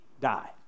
die